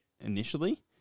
initially